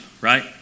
right